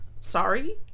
sorry